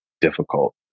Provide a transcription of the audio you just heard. difficult